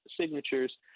signatures